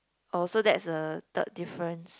oh so that's the third difference